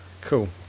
Cool